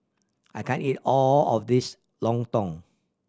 I can't eat all of this lontong